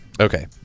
Okay